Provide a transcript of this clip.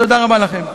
תודה רבה לכם.